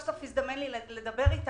ממשרד החינוך שסוף סוף הזדמנות לי לדבר אתה,